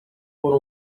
por